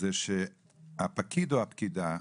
שהפקיד או הפקידה,